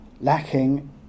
lacking